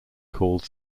called